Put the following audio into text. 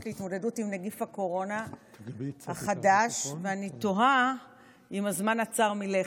להתמודדות עם נגיף הקורונה החדש ואני תוהה אם הזמן עצר מלכת.